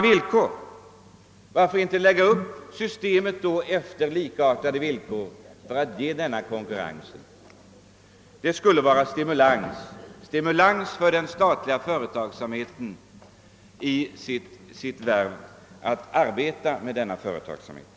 Varför då inte lägga upp syste met med likartade villkor för att åstadkomma en konkurrens som skulle innebära en stimulans för den statliga företagsamheten?